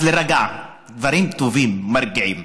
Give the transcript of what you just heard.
אז להירגע, דברים טובים, מרגיעים.